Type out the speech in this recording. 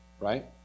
Right